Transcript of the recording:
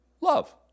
love